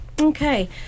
Okay